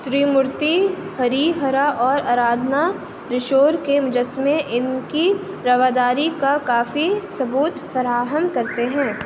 تریمورتی ہری ہرا اور ارادھنا ریشور کے مجسمے ان کی رواداری کا کافی ثبوت فراہم کرتے ہیں